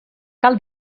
cal